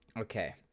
Okay